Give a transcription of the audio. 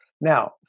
now